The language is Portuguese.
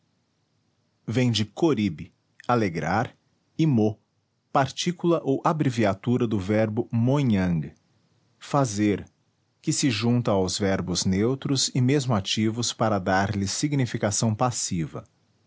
de corib alegrar e mo partícula ou abreviatura do verbo monhang fazer que se junta aos verbos neutros e mesmo ativos para dar-lhes significação passiva